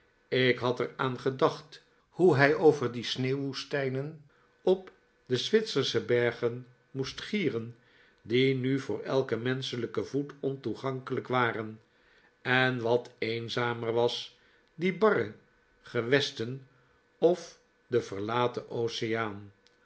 ik had er aan gedacht hoe hij over die sneeuw woestenij en op de zwitsersche bergen moest gieren die nu voor elken menschelijken voet ontoegankelijk waren en wat eenzamer was die barre gewesten of de verlaten oceaan